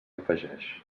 afegeix